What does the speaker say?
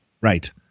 Right